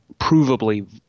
provably